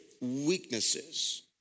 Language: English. weaknesses